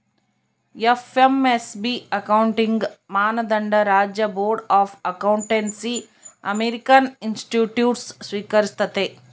FASB accounting ಮಾನದಂಡ ರಾಜ್ಯ board of accountancy American institutes ಸ್ವೀಕರಿಸ್ತತೆ